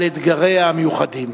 על אתגריה המיוחדים.